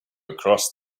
across